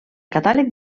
catàleg